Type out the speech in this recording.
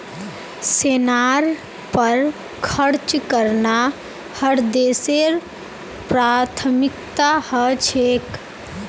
सेनार पर खर्च करना हर देशेर प्राथमिकता ह छेक